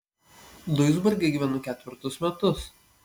duisburge gyvenu ketvirtus metus